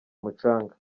mucanga